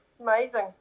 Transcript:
Amazing